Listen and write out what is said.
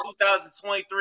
2023